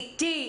איטי,